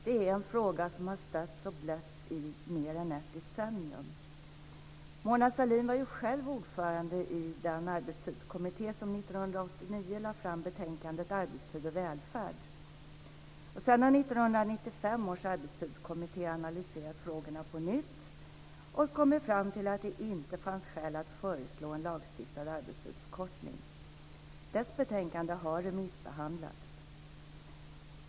Det är en fråga som har stötts och blötts i mer än ett decennium. Mona Sahlin var ju själv ordförande i den arbetstidskommitté som 1989 lade fram betänkandet Sedan har 1995 års arbetstidskommitté analyserat frågorna på nytt och kommit fram till att det inte fanns skäl att föreslå en lagstiftad arbetstidsförkortning. Dess betänkande har remissbehandlats.